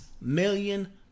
million